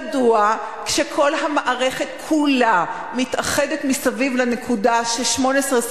מדוע כשכל המערכת כולה מתאחדת מסביב לנקודה ש-18,